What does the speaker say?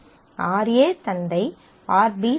Ra தந்தை Rb தாய்